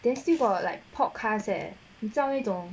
then still got like podcast eh 你这样一种